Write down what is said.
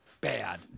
bad